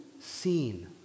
seen